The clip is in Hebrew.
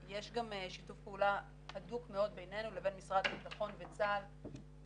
יש שיתוף פעולה הדוק מאוד בינינו לבין משרד הבטחון וצה"ל והם